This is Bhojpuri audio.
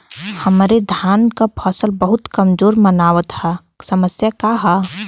हमरे धान क फसल बहुत कमजोर मनावत ह समस्या का ह?